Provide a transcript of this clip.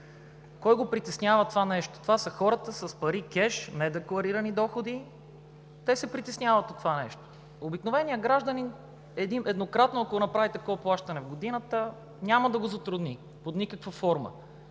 Кой го притеснява това нещо? Това са хората с пари кеш, недекларирани доходи. Те се притесняват от това нещо. Обикновеният гражданин, еднократно ако направи такова плащане в годината, няма да го затрудни под никаква форма.